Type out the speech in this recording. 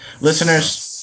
listeners